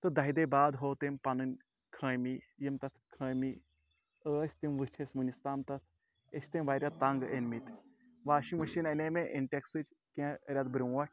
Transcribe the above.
تہٕ دَہِہ دۄہِہ باد ہٲو تٔمۍ پَنٕںۍ خٲمی یِم تَتھ خٲمی أسۍ تِم وٕچھۍ اَسِہ وٕنِس تام تَتھ أسۍ چھِ تٔمۍ واریاہ تنٛگ أنۍ مٕتۍ واشِنٛگ مِشیٖن اَنے مےٚ اِنٹٮ۪کسٕچ کینٛہہ رٮ۪تھ برونٛٹھ